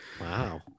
Wow